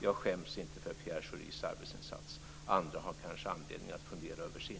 Jag skäms inte för Pierre Schoris arbetsinsats men andra har kanske anledning att fundera över sin.